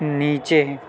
نیچے